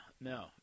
no